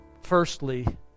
firstly